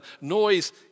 noise